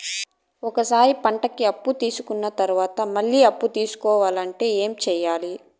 ఒక సారి పంటకి అప్పు తీసుకున్న తర్వాత మళ్ళీ అప్పు తీసుకోవాలంటే ఏమి చేయాలి?